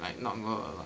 like for work